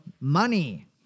money